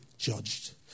judged